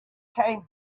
came